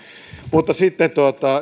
mutta sitten